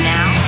Now